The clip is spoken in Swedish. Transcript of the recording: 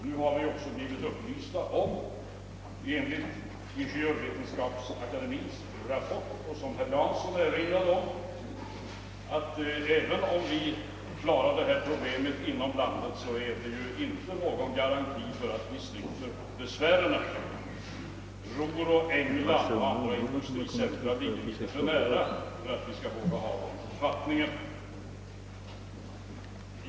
Nu har vi också — enligt Ingeniörsvetenskapsakademiens rapport, som herr Jansson erinrade om — blivit upplysta om att även om vi klarar detta problem inom landet, är detta inte någon garanti för att vi slipper besvären. Ruhr, England och andra industricentra ligger litet för nära för att vi skall våga hoppas på det.